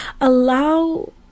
allow